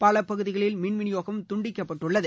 பல பகுதிகளில் மின் விநியோகம் துண்டிக்கப்பட்டுள்ளது